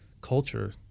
culture